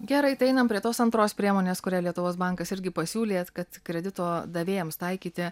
gerai tai einam prie tos antros priemonės kurią lietuvos bankas irgi pasiūlė kad kredito davėjams taikyti